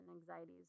anxieties